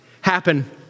happen